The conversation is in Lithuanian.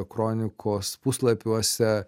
kronikos puslapiuose